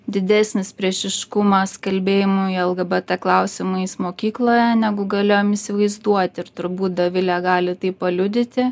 didesnis priešiškumas kalbėjimui lgbt klausimais mokykloje negu galėjom įsivaizduoti ir turbūt dovilė gali tai paliudyti